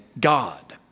God